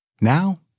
Now